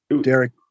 Derek